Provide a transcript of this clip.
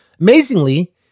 Amazingly